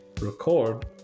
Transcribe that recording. Record